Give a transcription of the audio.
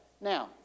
Now